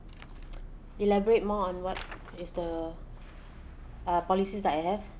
elaborate more on what is the uh policies that I have